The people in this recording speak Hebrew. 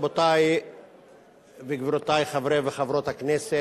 רבותי וגבירותי חברי וחברות הכנסת,